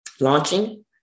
launching